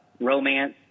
romance